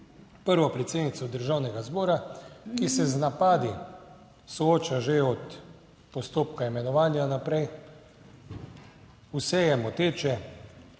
prvo predsednico državnega zbora, ki se z napadi sooča že od postopka imenovanja naprej. Vse je moteče.